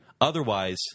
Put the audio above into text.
Otherwise